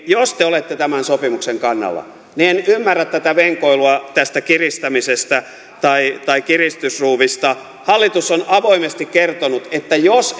jos te olette tämän sopimuksen kannalla niin en ymmärrä tätä venkoilua tästä kiristämisestä tai tai kiristysruuvista hallitus on avoimesti kertonut että jos